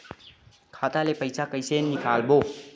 खाता ले पईसा कइसे निकालबो?